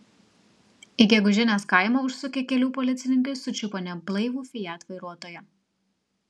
į gegužinės kaimą užsukę kelių policininkai sučiupo neblaivų fiat vairuotoją